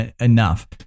enough